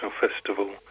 Festival